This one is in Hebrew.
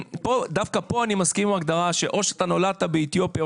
דווקא פה אני מסכים עם ההגדרה או שנולדת באתיופיה,